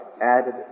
added